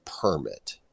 permit